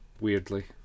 weirdly